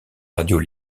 radios